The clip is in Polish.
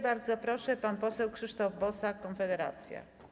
Bardzo proszę, pan poseł Krzysztof Bosak, Konfederacja.